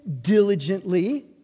diligently